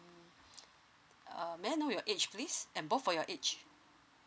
um may I know your age please and both for your age